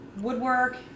woodwork